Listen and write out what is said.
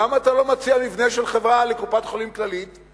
למה אתה לא מציע מבנה של חברה לקופת-חולים "כללית"?